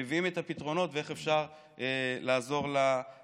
מביאים את הפתרונות איך אפשר לעזור לאזרחים.